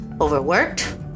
overworked